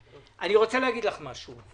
אני רוצה להגיד לך משהו.